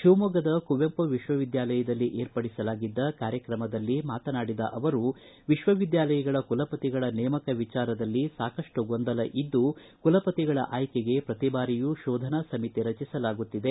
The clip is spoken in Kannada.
ಶಿವಮೊಗ್ಗದ ಕುವೆಂಪು ವಿಶ್ವವಿದ್ಯಾಲಯದಲ್ಲಿ ಏರ್ಪಡಿಸಲಾಗಿದ್ದ ಕಾರ್ಯಕ್ರಮದಲ್ಲಿ ಮಾತನಾಡಿದ ಅವರು ವಿಶ್ವವಿದ್ಯಾಲಯಗಳ ಕುಲಪತಿಗಳ ನೇಮಕ ವಿಚಾರದಲ್ಲಿ ಸಾಕಷ್ಟು ಗೊಂದಲ ಇದ್ದು ಕುಲಪತಿಗಳ ಆಯ್ಗೆಗೆ ಪ್ರತಿ ಬಾರಿಯೂ ಶೋಧನಾ ಸಮಿತಿ ರಚಿಸಲಾಗುತ್ತಿದೆ